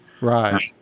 right